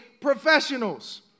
professionals